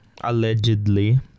allegedly